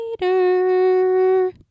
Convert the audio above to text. later